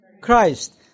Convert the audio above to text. Christ